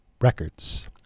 records